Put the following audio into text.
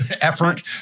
effort